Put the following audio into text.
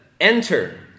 enter